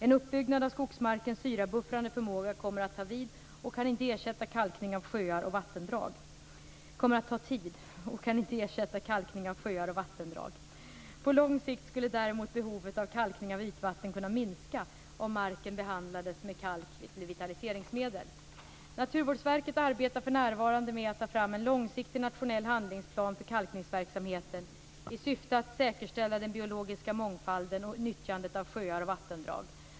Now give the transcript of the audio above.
En uppbyggnad av skogsmarkens syrabuffrande förmåga kommer att ta tid och kan inte ersätta kalkning av sjöar och vattendrag. På lång sikt skulle däremot behovet av kalkning av ytvatten kunna minska om marken behandlades med kalk/vitaliseringsmedel. Naturvårdsverket arbetar för närvarande med att ta fram en långsiktig nationell handlingsplan för kalkningsverksamheten i syfte att säkerställa den biologiska mångfalden och nyttjandet av sjöar och vattendrag.